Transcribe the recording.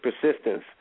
persistence